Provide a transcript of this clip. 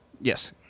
Yes